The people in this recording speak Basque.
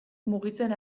mugitzen